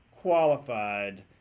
qualified